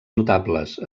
notables